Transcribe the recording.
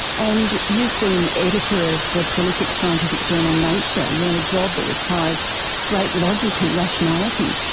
and you've been editor of the prolific scientific journal nature, you are in a job that requires great logic and rationality.